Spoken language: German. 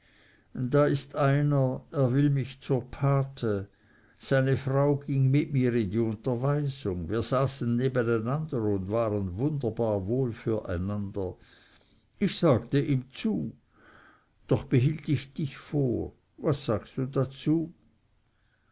da ist einer er will mich zur gotte seine frau ging mit mir in die unterweisung wir saßen neben einander und waren bsunderbar wohl für einander ich sagte ihm zu doch behielt ich dich vor was sagst dazu